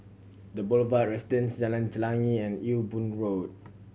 The Boulevard Residence Jalan Chelagi and Ewe Boon Road